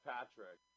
Patrick